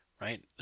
right